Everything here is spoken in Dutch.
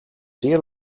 zeer